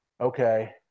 okay